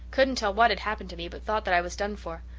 couldn't tell what had happened to me but thought that i was done for.